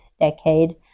decade